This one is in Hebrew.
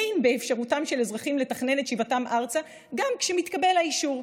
אין באפשרותם של אזרחים לתכנן את שיבתם ארצה גם כשמתקבל האישור.